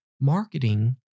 Marketing